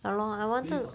ya lor I wanted